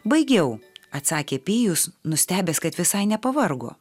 baigiau atsakė pijus nustebęs kad visai nepavargo